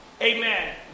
Amen